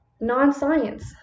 Non-science